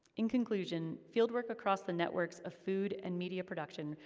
in conclusion, fieldwork across the networks of food and media production,